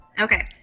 Okay